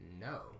no